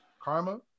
karma